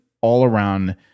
all-around